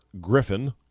Griffin